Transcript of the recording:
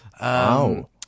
Wow